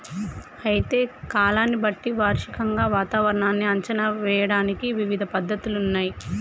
అయితే కాలాన్ని బట్టి వార్షికంగా వాతావరణాన్ని అంచనా ఏయడానికి ఇవిధ పద్ధతులున్నయ్యి